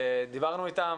דיברנו אתם,